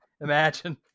imagine